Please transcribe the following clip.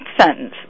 sentence